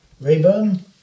Rayburn